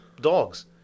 dogs